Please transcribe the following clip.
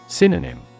Synonym